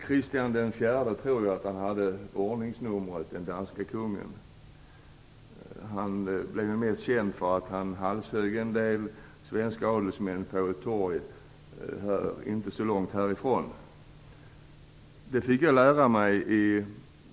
Kristian IV, jag tror att den danske kungen hade det ordningsnumret, blev ju mest känd för att han halshögg en del svenska adelsmän på ett torg inte så långt härifrån.